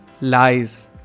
lies